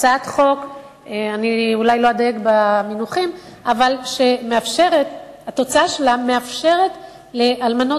אני אולי לא אדייק במינוחים אבל זאת הצעת חוק שהתוצאה שלה מאפשרת לאלמנות